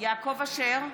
יעקב אשר,